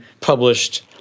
published